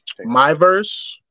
Myverse